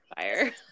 fire